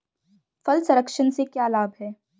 फल संरक्षण से क्या लाभ है?